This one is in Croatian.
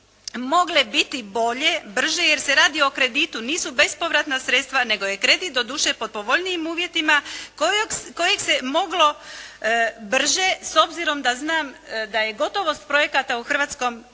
mogle biti bolje, brže jer se radi o kreditu. Nisu bespovratna sredstva nego je kredit doduše pod povoljnijim uvjetima kojeg se moglo brže s obzirom da znam da je gotovost projekata u Hrvatskom